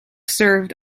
served